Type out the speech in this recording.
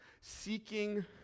Seeking